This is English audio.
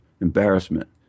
embarrassment